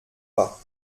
pas